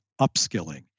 upskilling